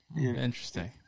Interesting